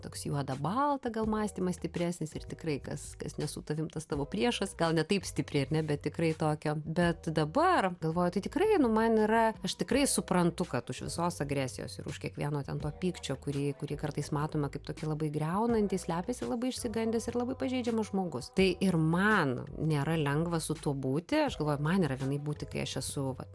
toks juoda balta gal mąstymas stipresnis ir tikrai kas kas ne su tavim tas tavo priešas gal ne taip stipriai ar ne bet tikrai tokio bet dabar galvoju tai tikrai nu man yra aš tikrai suprantu kad už visos agresijos ir už kiekvieno ten to pykčio kurį kurį kartais matome kaip tokį labai griaunantį slepiasi labai išsigandęs ir labai pažeidžiamas žmogus tai ir man nėra lengva su tuo būti aš galvoju man yra vienai būti kai aš esu vat